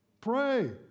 Pray